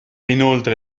inoltre